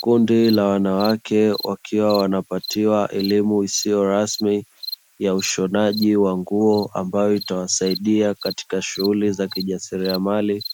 Kundi la wanawake wakiwa wanapatiwa elimu isiyo rasmi ya ushonaji wa nguo, ambayo itawasaidia katika shughuli za kijasiriamali;